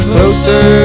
Closer